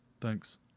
Thanks